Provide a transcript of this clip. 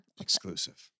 Exclusive